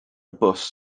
bws